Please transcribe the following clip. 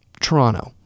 Toronto